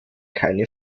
keine